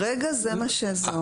כרגע זה כך.